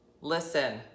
listen